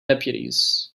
deputies